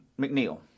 McNeil